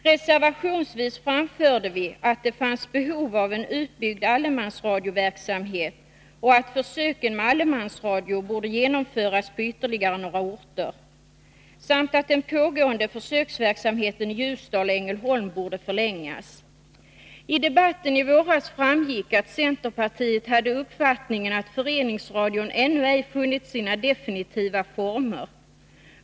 Reservationsvis framförde vi att det fanns behov av en utbyggd allemansradioverksamhet och att försöken med allemansradio borde genomföras på ytterligare några orter samt att den pågående försöksverksamheten i Ljusdal och Ängelholm borde förlängas. I debatten i våras framgick att centerpartiet hade uppfattningen att föreningsradion ännu ej funnit sina definitiva former.